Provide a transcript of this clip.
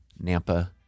Nampa